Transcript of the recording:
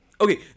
Okay